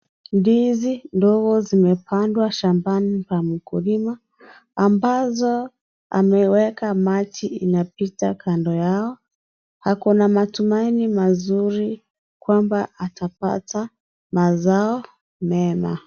Ndizi ndogo zimepanda shambani pa mkulima ambazo ameweka maji inapita kando yao. Ako na matumaini mazuri kwamba atapata mazao mema.